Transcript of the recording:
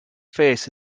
face